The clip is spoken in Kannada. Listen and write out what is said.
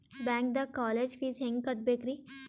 ಬ್ಯಾಂಕ್ದಾಗ ಕಾಲೇಜ್ ಫೀಸ್ ಹೆಂಗ್ ಕಟ್ಟ್ಬೇಕ್ರಿ?